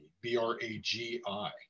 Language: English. B-R-A-G-I